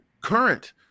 current